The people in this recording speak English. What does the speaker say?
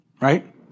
right